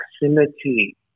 Proximity